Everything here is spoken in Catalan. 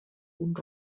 punt